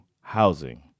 housing